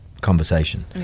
conversation